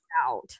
out